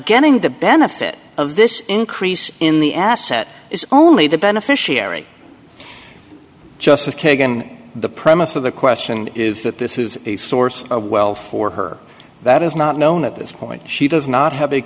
getting the benefit of this increase in the asset is only the beneficiary justice kagan the premise of the question is that this is a source of wealth for her that is not known at this point she does not have